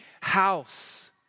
house